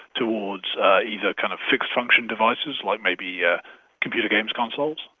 towards either kind of fixed-function devices, like maybe yeah computer games consoles,